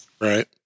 Right